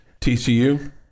TCU